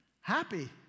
happy